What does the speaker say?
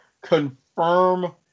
confirm